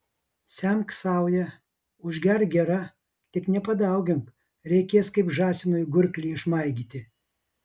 semk sauja užgerk gira tik nepadaugink reikės kaip žąsinui gurklį išmaigyti